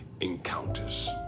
encounters